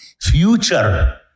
future